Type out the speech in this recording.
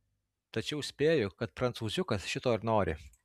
tačiau spėju kad prancūziukas šito ir nori